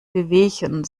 wehwehchen